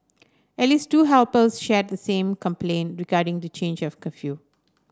at least two helpers shared the same complaint regarding the change of curfew